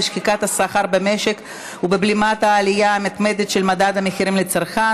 בשחיקת השכר במשק ובבלימת העלייה המתמדת של מדד המחירים לצרכן.